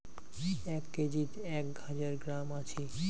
এক কেজিত এক হাজার গ্রাম আছি